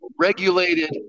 regulated